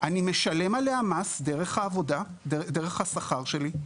אני משלם עליה מס דרך העבודה, דרך השכר שלי.